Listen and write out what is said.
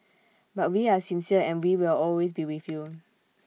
but we are sincere and we will always be with you